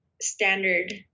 standard